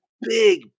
big